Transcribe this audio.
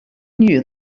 knew